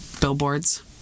Billboards